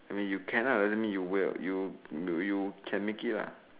I mean you can lah doesn't mean you will you you can make it lah